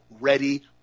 ready